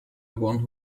one